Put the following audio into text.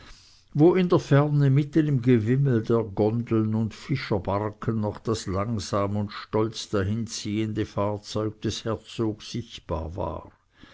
wo in der ferne mitten im gewimmel der gondeln und fischerbarken noch das langsam und stolz dahinziehende fahrzeug des herzogs sichtbar war